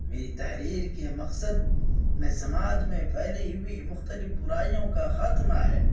میری تحریر کے مقصد میں سماج میں پھیلی ہوئی مختلف برائیوں کا خاتمہ ہے